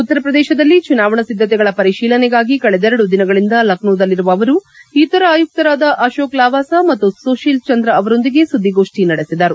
ಉತ್ತರ ಪ್ರದೇಶದಲ್ಲಿ ಚುನಾವಣಾ ಸಿದ್ದತೆಗಳ ಪರಿಶೀಲನೆಗಾಗಿ ಕಳೆದರೆಡು ದಿನಗಳಿಂದ ಲಕ್ನೋದಲ್ಲಿರುವ ಅವರು ಇತರ ಆಯುಕ್ತರಾದ ಅಶೋಕ್ ಲಾವಾಸ ಮತ್ತು ಸುಶೀಲ್ಚಂದ್ರ ಅವರೊಂದಿಗೆ ಸುದ್ದಿಗೋಷ್ಟಿ ನಡೆಸಿದರು